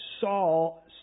Saul